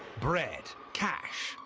bread, cash,